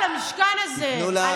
אני